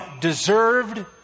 deserved